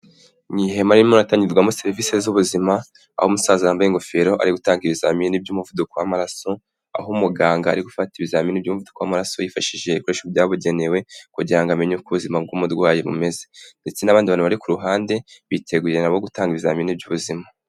Mu ihema ririmo riratangirwamo serivisi z'ubuzima, aho umusaza wambaye ingofero ari gutanga ibizamini by'umuvuduko w'amaraso, aho umuganga ari gufata ibizamini by'umuvuduko w'amaraso yifashishije ibikoresho byabugenewe, kugira ngo amenye uko ubuzima bw'umurwayi bumeze, ndetse n'abandi bantu bari ku ruhande biteguye nabo gutanga ibizamini by'ubuzima.